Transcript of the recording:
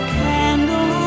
candle